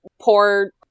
poor